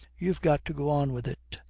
you've got to go on with it.